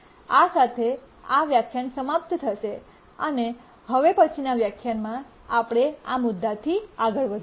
આ સાથે આ વ્યાખ્યાન સમાપ્ત થશે અને હવે પછીના વ્યાખ્યાનમાં આપણે આ મુદ્દાથી આગળ વઘીશું